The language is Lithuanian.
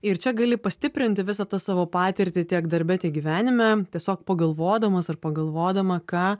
ir čia gali pastiprinti visą tą savo patirtį tiek darbe tiek gyvenime tiesiog pagalvodamas ar pagalvodama ką